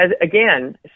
again